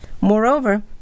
Moreover